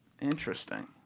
Interesting